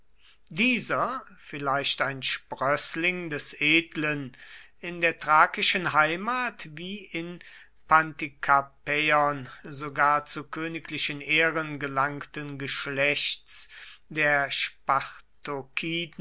dieser vielleicht ein sprößling des edlen in der thrakischen heimat wie in pantikapäon sogar zu königlichen ehren gelangten geschlechts der